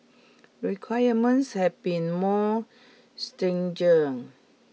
requirements have been more stringent